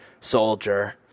Soldier